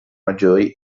maggiori